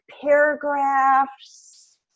paragraphs